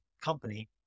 company